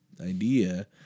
Idea